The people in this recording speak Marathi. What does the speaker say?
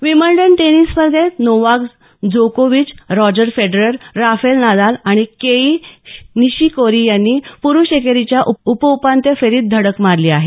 विम्बल्डन टेनिस स्पर्धेत नोवाक जोकोविच रॉजर फेडरर राफेल नदाल आणि केई निशिकोरी यांनी पुरुष एकेरीच्या उप उपांत्य फेरीत धडक मारली आहे